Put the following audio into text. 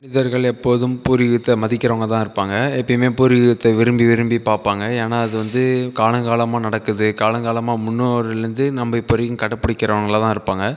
முதியவர்கள் எப்போதும் பூர்வீகத்தை மதிக்கிறவங்களாதான் இருப்பாங்க எப்பையும் பூர்வீகத்தை விரும்பி விரும்பி பார்ப்பாங்க ஏன்னால் அது வந்து காலங்காலமாக நடக்குது காலங்காலமாக முன்னோர்கள்லேருந்து நம்ம இப்போ வரைக்கும் கடைப்பிடிக்கறவங்களாக தான் இருப்பாங்க